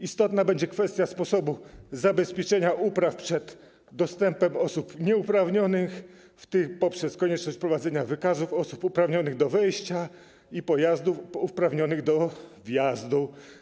Istotna będzie kwestia sposobu zabezpieczenia upraw przed dostępem osób nieuprawnionych, w tym poprzez konieczność prowadzenia wykazów osób uprawnionych do wejścia i pojazdów uprawnionych do wjazdu.